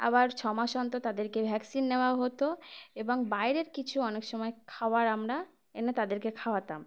আবার ছমাস অন্তর তাদেরকে ভ্যাকসিন দেওয়া হতো এবং বাইরের কিছু অনেক সময় খাবার আমরা এনে তাদেরকে খাওয়াতাম